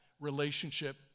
relationship